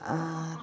ᱟᱨ